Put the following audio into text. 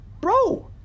bro